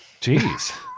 Jeez